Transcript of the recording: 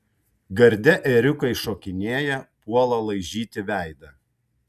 garde ėriukai šokinėja puola laižyti veidą